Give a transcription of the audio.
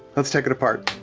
let's take it apart.